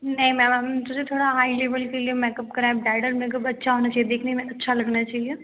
नही मैम हम सोचे थोड़ा हाई लेवल के लिए मेकअप कराएँ ब्राइडल मेकअप अच्छा होना चाहिए देखने में अच्छा लगना चाहिए